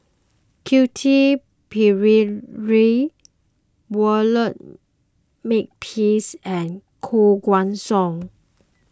Quentin Pereira Walter Makepeace and Koh Guan Song